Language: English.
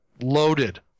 loaded